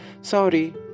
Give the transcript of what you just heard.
Sorry